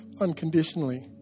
unconditionally